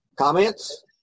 Comments